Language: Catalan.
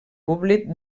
públic